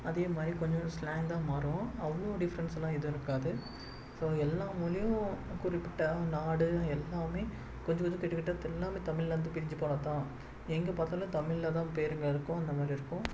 அதேமாதிரி கொஞ்சோண்டு ஸ்லாங் தான் மாறும் அவ்வளோ டிஃப்ரெண்ட்ஸெல்லாம் எதுவும் இருக்காது ஸோ எல்லா மொழியும் குறிப்பிட்ட நாடு எல்லாமே கொஞ்சம் கொஞ்சம் கிட்டக்கிட்ட எல்லாமே தமிழ்லருந்து பிரிஞ்சு போனதுதான் எங்கே பார்த்தாலும் தமிழில் தான் பேருங்க இருக்கும் அந்தமாதிரி இருக்கும்